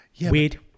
weird